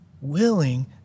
willing